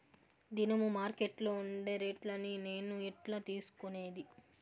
దినము మార్కెట్లో ఉండే రేట్లని నేను ఎట్లా తెలుసుకునేది?